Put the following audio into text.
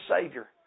Savior